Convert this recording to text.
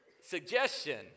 suggestion